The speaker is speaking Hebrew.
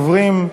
הדוברים,